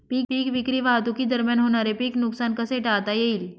पीक विक्री वाहतुकीदरम्यान होणारे पीक नुकसान कसे टाळता येईल?